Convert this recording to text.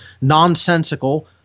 nonsensical